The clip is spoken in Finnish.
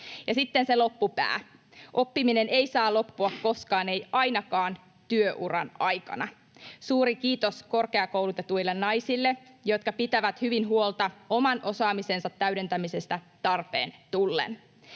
sitten se loppupää: oppiminen ei saa loppua koskaan, ei ainakaan työuran aikana. Suuri kiitos korkeakoulutetuille naisille, jotka pitävät hyvin huolta oman osaamisensa täydentämisestä tarpeen tullen.